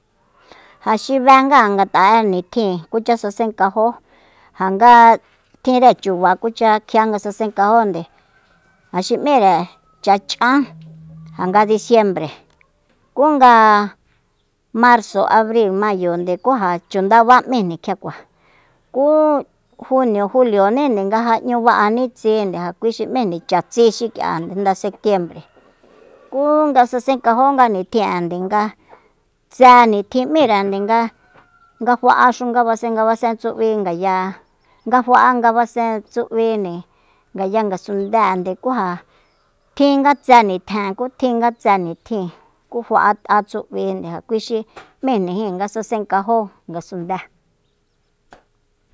Ja xi benga'an ngat'a'e nitjin kucha sasenkajó ja nga tjinre chuba kucha kjia nga sasenkajónde ja xi m'íre cha ch'an ja nga diciembre ku nga marzo abri mayonde ku ja chu ndabá m'íjni kjiakua ku junio julionínde nga ja 'ñu ba'aní tsinde ja kui xi m'íjni chatsí xik'ia nda setiembre ku nga sasenkajónga nitjin'ende nga tsé nitjin m'írende nga- nga fajaxu ngabasen ngabasen tsub'í ngaya nga fa'a ngabasen tsub'nde ngaya ngasundée ku ja tjin nga tse nitjen ku tjin nga tse nitjin ku fa'at'a tsb'inde ja kui xi m'íjnijin nga sasenkajo ngasundée